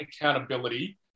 accountability